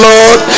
Lord